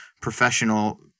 professional